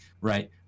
right